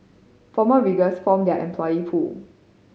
former riggers form their employee pool